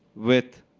with